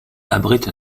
abrite